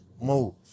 move